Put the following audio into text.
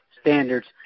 standards